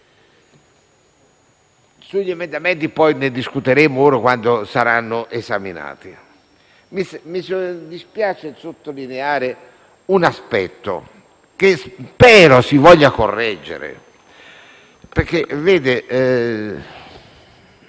Degli emendamenti discuteremo quando saranno esaminati, ma mi dispiace sottolineare un aspetto, che spero si voglia correggere, perché c'è